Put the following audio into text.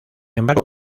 embargo